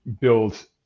build